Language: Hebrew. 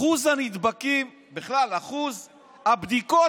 אחוז הנדבקים, אחוז הבדיקות